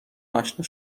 آشنا